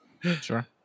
Sure